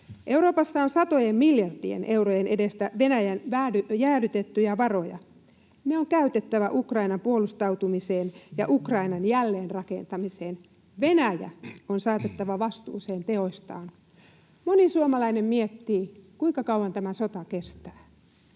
Euroopassa on satojen miljardien eurojen edestä Venäjän jäädytettyjä varoja. Ne on käytettävä Ukrainan puolustautumiseen ja Ukrainan jälleenrakentamiseen. Venäjä on saatettava vastuuseen teoistaan. Moni suomalainen miettii, kuinka kauan tämä sota kestää.